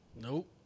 Nope